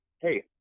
hey